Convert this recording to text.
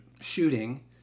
shooting